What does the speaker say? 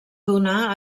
donar